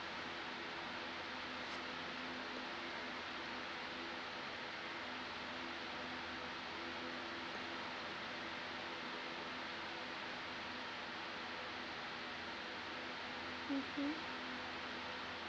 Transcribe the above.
mmhmm